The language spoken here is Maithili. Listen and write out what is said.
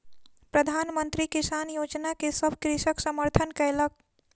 प्रधान मंत्री किसान योजना के सभ कृषक समर्थन कयलक